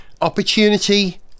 Opportunity